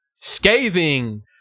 scathing